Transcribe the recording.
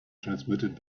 transmitted